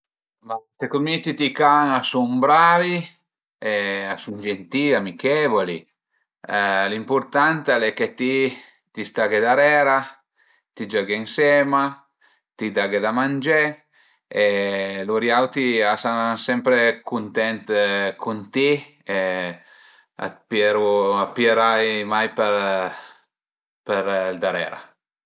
Ma secund mi tüti i can a sun bravi e a sun genti-i, amichevoli, l'impurtant al e che ti t'i stage darera, t'i giöghe ënsema, t'i daghe da mangé e lur auti a san sempre cun ti e a piöru a të pìeran mai për ël darera